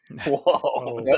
Whoa